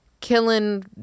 killing